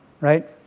right